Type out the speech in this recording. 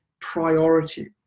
priority